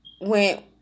went